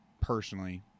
personally